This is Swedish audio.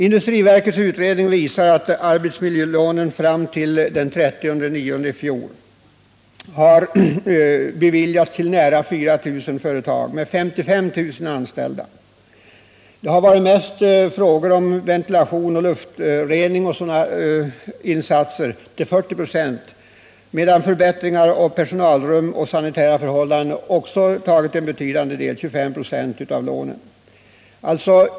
Industriverkets utredning visar att arbetsmiljölån fram till den 30 september i fjol hade beviljats till nära 4 000 företag med 55 000 anställda. Det har mest gällt ventilation, luftrening och liknande insatser, nämligen till 40 96. Förbättringar av personalrum och sanitära förhållanden har också tagit en betydande del av lånen i anspråk, 25 96.